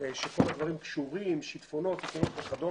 כך שכל הדברים קשורים, שיטפונות וכדומה.